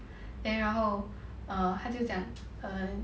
then 然后 err 他就讲 err